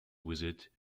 visit